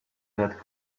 that